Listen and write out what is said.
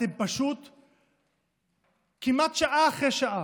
אתם כמעט שעה אחרי שעה,